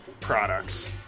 products